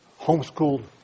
homeschooled